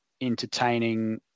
entertaining